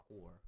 core